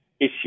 issue